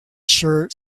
shirt